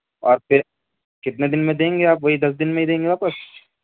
اور پھر کتنے دن میں دیں گے آپ وہی دس دن میں ہی دیں گے واپس